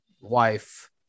wife